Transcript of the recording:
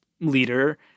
leader